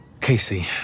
Casey